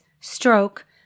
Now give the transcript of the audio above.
stroke